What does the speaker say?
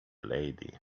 lady